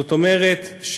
זאת אומרת,